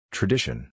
Tradition